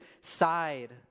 side